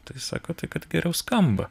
tai sako tai kad geriau skamba